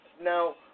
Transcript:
Now